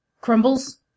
crumbles